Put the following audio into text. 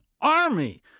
army